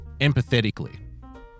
Empathetically